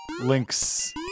Links